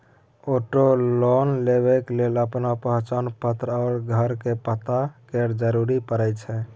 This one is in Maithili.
आटो लोन लेबा लेल अपन पहचान पत्र आ घरक पता केर जरुरत परै छै